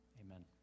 amen